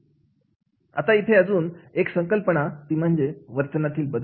आता इथे अजून एक संकल्पना ती म्हणजे वर्तनातील बदल